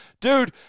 Dude